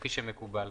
כפי שמקובל.